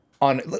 on